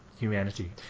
Humanity